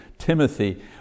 Timothy